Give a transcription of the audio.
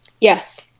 Yes